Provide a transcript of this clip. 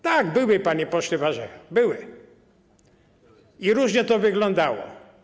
Tak, były, panie pośle Warzecha, były, i różnie to wyglądało.